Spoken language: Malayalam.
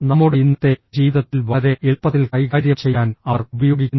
നമ്മുടെ ഇന്നത്തെ ജീവിതത്തിൽ വളരെ എളുപ്പത്തിൽ കൈകാര്യം ചെയ്യാൻ അവർ ഉപയോഗിക്കുന്നു